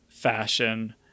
fashion